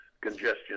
congestion